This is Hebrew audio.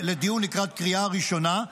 לדיון לקראת קריאה ראשונה.